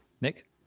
Nick